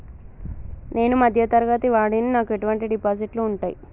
నేను మధ్య తరగతి వాడిని నాకు ఎటువంటి డిపాజిట్లు ఉంటయ్?